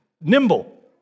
nimble